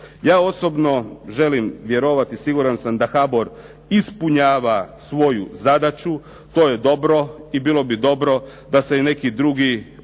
Ja osobno želim vjerovati, siguran sam da HBOR ispunjava svoju zadaću. To je dobro i bilo bi dobro da se i neki drugi odgovornije